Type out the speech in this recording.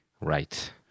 Right